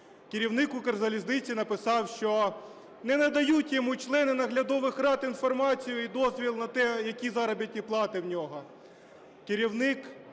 Керівник "Укрзалізниці" написав, що не надають йому члени наглядових рад інформацію і дозвіл на те, які заробітні плати у нього.